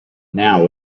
now